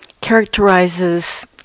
characterizes